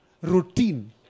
routine